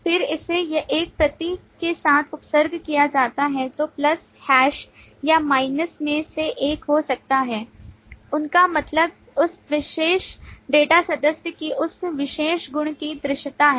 फिर इसे एक प्रतीक के साथ उपसर्ग किया जाता है जो प्लस हैश या माइनस में से एक हो सकता है उनका मतलब उस विशेष डेटा सदस्य की उस विशेष गुण की दृश्यता है